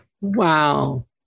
Wow